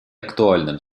актуальным